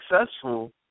successful